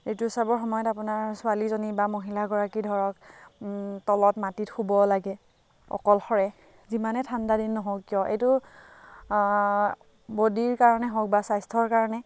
ঋতুস্ৰাৱৰ সময়ত আপোনাৰ ছোৱালীজনী বা মহিলাগৰাকী ধৰক তলত মাটিত শুব লাগে অকলশৰে যিমানে ঠাণ্ডা দিন নহওক কিয় এইটো বডীৰ কাৰণেই হওক বা স্বাস্থ্যৰ কাৰণে